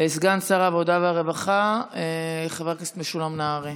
סגן שר העבודה והרווחה חבר הכנסת משולם נהרי.